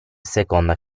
seconda